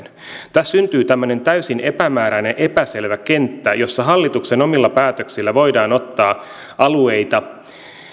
tässä syntyy tämmöinen täysin epämääräinen epäselvä kenttä jossa hallituksen omilla päätöksillä voidaan ottaa alueita